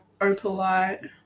opalite